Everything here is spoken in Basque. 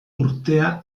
urtea